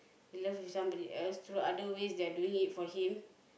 in love with somebody else through other ways they are doing it for him